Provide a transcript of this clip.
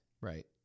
Right